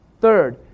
Third